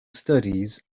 studies